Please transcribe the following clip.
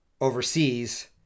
overseas